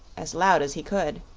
as loud as he could.